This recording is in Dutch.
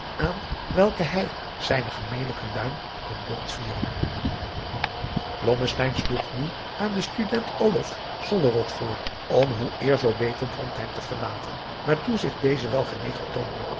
aan welke hij zijne gemelijke luim kon bot vieren adriaan loosjes pzn het leven van johannes wouter blommesteyn blommesteyn sloeg nu aan den student olof sollerod voor om hoe eer zoo beter drontheim te verlaten waartoe zich deze wel genegen toonde